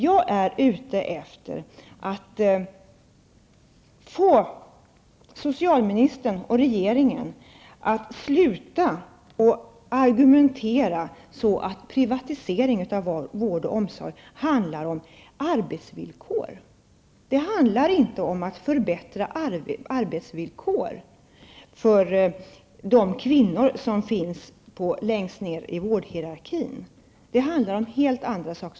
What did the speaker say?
Jag är ute efter att få socialministern och regeringen att sluta att argumentera som om privatisering av vård och omsorg handlade om arbetsvillkor. Det handlar inte om att förbättra arbetsvillkoren för de kvinnor som finns längst ned i vårdhierarkin. Det handlar om helt andra saker.